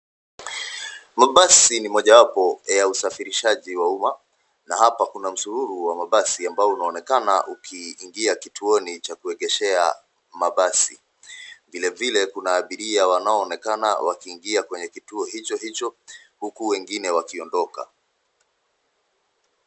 Mabasi ni mojawapo ya usafirishaji wa uma na hapa kuna msururu wa mabasi ambao unaonekana ukiingia kituoni cha kuegeshea mabasi. Vile vile, kuna abiria wanaoonekana wakiingia kwenye kituo hicho hicho huku wengine wakiondoka.